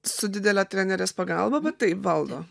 su didele trenerės pagalba bet taip valdo